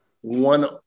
one